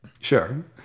sure